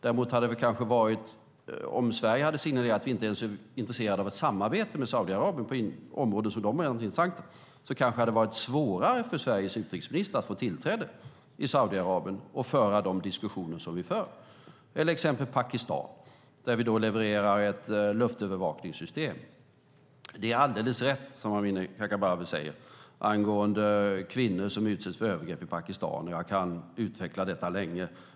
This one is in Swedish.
Om däremot Sverige hade signalerat vi inte ens vara intresserade av ett samarbete med Saudiarabien på områden som för dem är intressanta kanske det hade varit svårare för Sveriges utrikesminister att få tillträde till Saudiarabien och föra de diskussioner som vi för. Eller ta som exempel Pakistan, där vi levererar ett luftövervakningssystem. Det Amineh Kakabaveh säger angående kvinnor som utsätts för övergrepp i Pakistan är alldeles rätt. Jag kan utveckla detta länge.